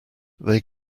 they